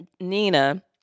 Nina